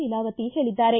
ಲೀಲಾವತಿ ಹೇಳಿದ್ದಾರೆ